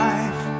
Life